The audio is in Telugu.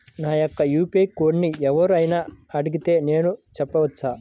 నా యొక్క యూ.పీ.ఐ కోడ్ని ఎవరు అయినా అడిగితే నేను చెప్పవచ్చా?